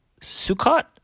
Sukkot